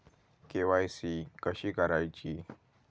KYC कशी करायची?